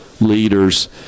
leaders